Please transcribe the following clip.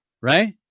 right